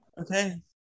Okay